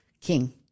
king